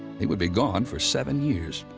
he would be gone for seven years.